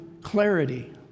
clarity